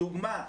דוגמא.